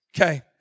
Okay